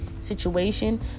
situation